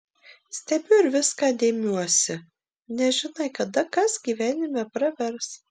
stebiu ir viską dėmiuosi nežinai kada kas gyvenime pravers